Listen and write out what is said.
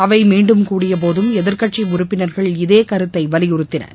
அவை மீண்டும் கூடியபோதும் எதிர்க்கட்சி உறுப்பினர்கள் இதே கருத்தை வலியுறுத்தினர்